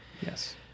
Yes